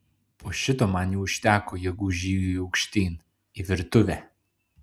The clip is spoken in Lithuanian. po šito man jau užteko jėgų žygiui aukštyn į virtuvę